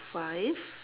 five